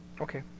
Okay